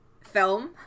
film